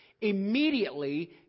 Immediately